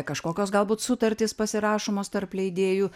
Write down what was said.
kažkokios galbūt sutartys pasirašomos tarp leidėjų